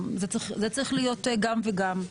זה צריך להיות גם וגם.